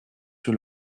sur